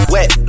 Wet